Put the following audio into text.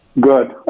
Good